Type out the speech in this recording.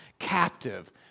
Captive